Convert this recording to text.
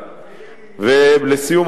לסיום,